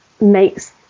makes